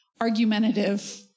argumentative